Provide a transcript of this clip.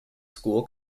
school